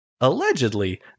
Allegedly